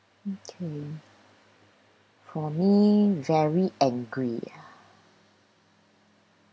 okay for me very angry ah